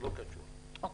אני אומר